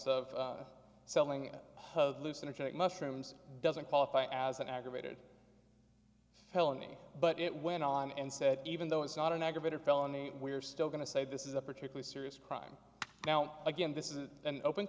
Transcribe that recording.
synergetic mushrooms doesn't qualify as an aggravated felony but it went on and said even though it's not an aggravated felony we're still going to say this is a particularly serious crime now again this is an open